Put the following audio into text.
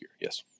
yes